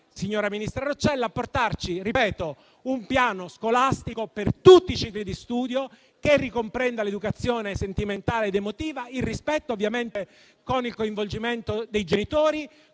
signora ministra Roccella, a portarci un piano scolastico per tutti i cicli di studio, che ricomprenda l'educazione sentimentale ed emotiva e il rispetto, con il coinvolgimento dei genitori